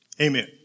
Amen